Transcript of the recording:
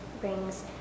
brings